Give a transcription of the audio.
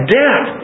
death